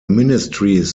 ministries